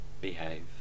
behave